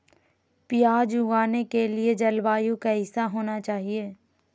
प्याज उगाने के लिए जलवायु कैसा होना चाहिए?